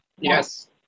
Yes